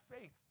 faith